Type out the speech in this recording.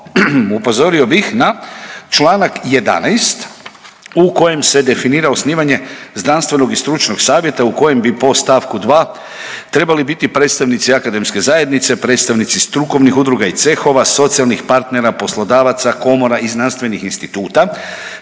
upozorio bih na čl. 11 u kojem se definira osnivanje znanstvenog i stručnog savjeta u kojem bi po st. 2 trebali biti predstavnici akademske zajednice, predstavnici strukovnih udruga i cehova, socijalnih partnera, poslodavaca, komora i znanstvenih instituta